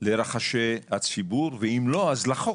לרחשי הציבור, ואם לא, אז לחוק,